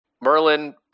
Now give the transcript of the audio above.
Merlin